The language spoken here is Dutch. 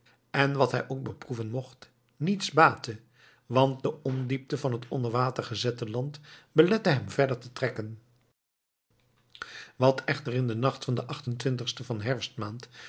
en wat hij ook beproeven mocht niets baatte want de ondiepte van het onder water gezette land belette hem verder te trekken wat echter in den nacht van den achtentwintigsten van